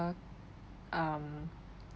um